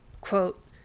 quote